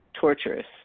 torturous